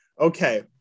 Okay